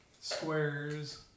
squares